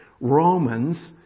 Romans